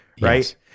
right